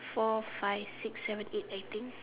four five six seven eight I think